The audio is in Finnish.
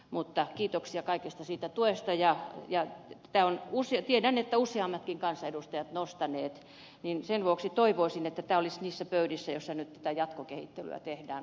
mutta kiitokset kaikesta tuesta ja tiedän että useammatkin kansanedustajat ovat tämän nostaneet esille ja sen vuoksi toivoisin että tämä olisi niissä pöydissä joissa tätä omaishoidon tuen jatkokehittelyä tehdään